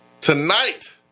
Tonight